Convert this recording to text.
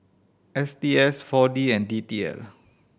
S T S Four D and D T L